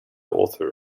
author